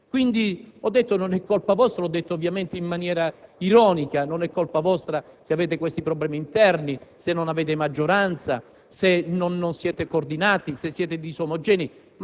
Prima ho detto che non è colpa vostra in maniera ironica: non è colpa vostra se avete questi problemi interni, non avete maggioranza, se non siete coordinati e siete disomogenei;